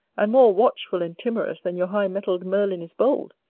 and more watchful and timorous than your high-mettled merlin is bold?